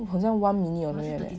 好像 one minute around there